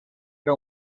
era